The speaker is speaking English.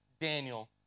Daniel